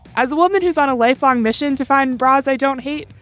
as a woman who's on a lifelong mission to find bras, i don't hate.